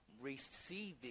receiving